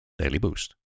dailyboost